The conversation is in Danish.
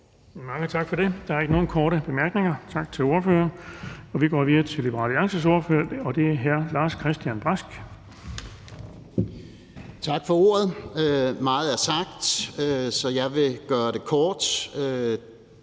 Mange tak for det. Der er ikke nogen korte bemærkninger. Tak til ordføreren. Vi går videre til Liberal Alliances ordfører, og det er hr. Lars-Christian Brask. Kl. 10:11 (Ordfører) Lars-Christian Brask (LA): Tak for det, hr.